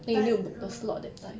but